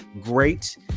great